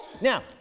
Now